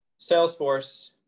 salesforce